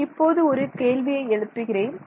நான் இப்போது ஒரு கேள்வியை எழுப்புகிறேன்